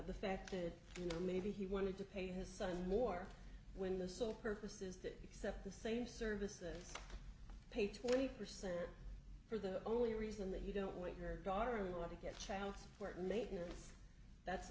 the fact that you know maybe he wanted to pay his son more when the sole purpose is that except the same services pay twenty percent for the only reason that you don't want her daughter in law to get child support maintenance that's